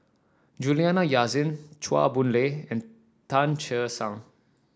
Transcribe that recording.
Juliana Yasin Chua Boon Lay and Tan Che Sang